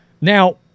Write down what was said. Now